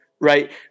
Right